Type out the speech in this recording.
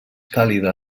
càlida